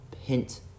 hint